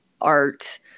art